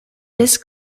this